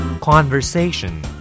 Conversation